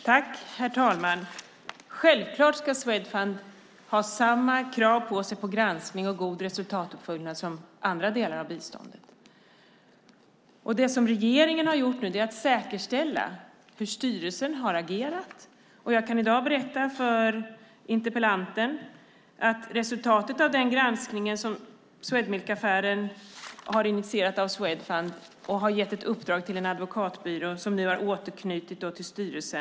Herr talman! Självklart ska Swedfund ha samma krav på sig när det gäller granskning och god resultatuppföljning som andra delar av biståndet. Det som regeringen har gjort nu är att säkerställa hur styrelsen har agerat. Jag kan berätta för interpellanten att resultatet av granskningen av Swedmilkaffären har initierat att Swedfund har gett ett uppdrag åt en advokatbyrå, som nu har återknutit till styrelsen.